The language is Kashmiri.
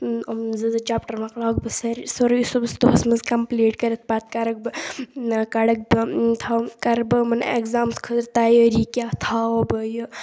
یِم زٕ زٕ چَپٹَر مَکلاوَکھ بہٕ سٲری سورُے صُبحَس دۄہَس منٛز کَمپٕلیٖٹ کٔرِتھ پَتہٕ کَرَکھ بہٕ کَڑَکھ بہٕ تھاوٕ کَرٕ بہٕ یِمَن اٮ۪کزامَس خٲطرٕ تیٲری کیٛاہ تھاوَو بہٕ یہِ